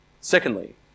Secondly